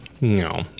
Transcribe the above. no